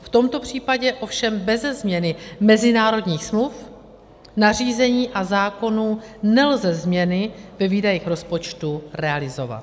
V tomto případě ovšem beze změny mezinárodních smluv, nařízení a zákonů nelze změny ve výdajích rozpočtu realizovat.